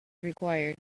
required